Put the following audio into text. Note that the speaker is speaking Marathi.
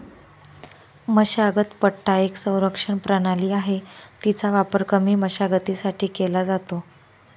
मशागत पट्टा एक संरक्षण प्रणाली आहे, तिचा वापर कमी मशागतीसाठी केला जातो